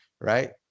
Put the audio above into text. right